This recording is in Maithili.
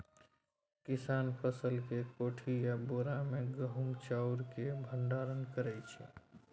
किसान फसल केँ कोठी या बोरा मे गहुम चाउर केँ भंडारण करै छै